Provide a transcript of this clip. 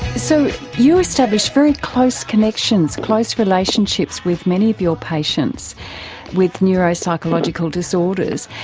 so you established very close connections, close relationships with many of your patients with neuropsychological disorders.